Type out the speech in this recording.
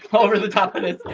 over the top of it,